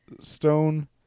stone